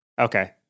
Okay